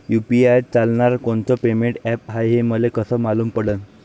UPI चालणारं कोनचं payment app हाय, हे मले कस मालूम पडन?